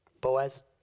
Boaz